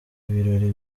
ibirori